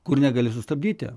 kur negali sustabdyti